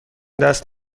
دست